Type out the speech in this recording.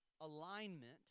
alignment